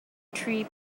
tree